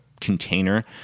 container